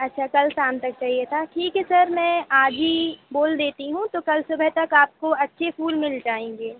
अच्छा कल शाम तक चाहिए था ठीक है सर मैं आज ही बोल देती हूँ तो कल सुबह तक आपको अच्छे फूल मिल जाएँगे